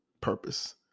purpose